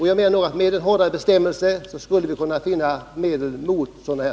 Jag menar att vi med en hårdare bestämmelse skulle kunna finna medel mot sådant här.